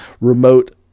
remote